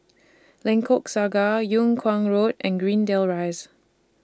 Lengkok Saga Yung Kuang Road and Greendale Rise